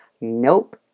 Nope